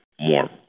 more